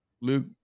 luke